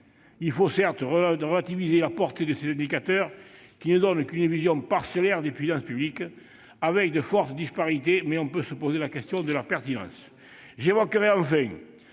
Il faut certes relativiser la portée de ces indicateurs, qui ne donnent qu'une vision parcellaire des politiques publiques, avec de fortes disparités entre les ministères. Mais on peut se poser la question de leur pertinence. J'évoquerai enfin